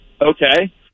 Okay